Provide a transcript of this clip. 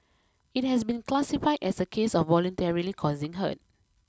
it has been classified as a case of voluntarily causing hurt